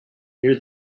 near